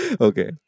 Okay